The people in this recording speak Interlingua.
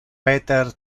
peter